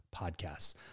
podcasts